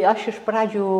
aš iš pradžių